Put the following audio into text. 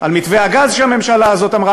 על מתווה הגז שהממשלה הזאת אמרה,